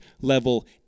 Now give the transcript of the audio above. level